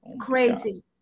crazy